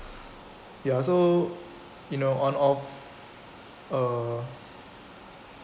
ya so you know on off uh